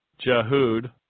Jahud